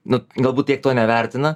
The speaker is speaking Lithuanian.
na galbūt tiek to nevertina